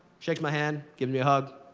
shakes my hand, gives me a hug,